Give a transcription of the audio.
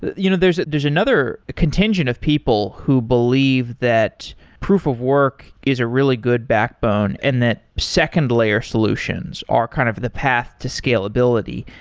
you know there's there's another contingent of people who believe that proof of work is a really good backbone, and that second layer solutions are kind of the path to scalability.